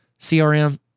CRM